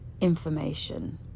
information